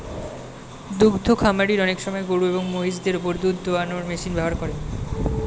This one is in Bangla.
দুদ্ধ খামারিরা অনেক সময় গরুএবং মহিষদের ওপর দুধ দোহানোর মেশিন ব্যবহার করেন